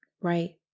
right